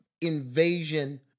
invasion